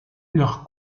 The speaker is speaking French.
leur